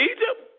Egypt